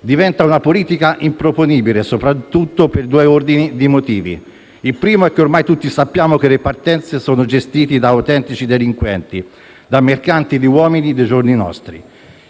diventa una politica improponibile soprattutto per due ordini di motivi. Il primo è che ormai tutti sappiamo che le partenze sono gestite da autentici delinquenti, da mercanti di uomini dei giorni nostri.